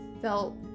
felt